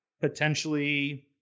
potentially